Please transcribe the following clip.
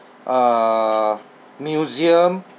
uh museum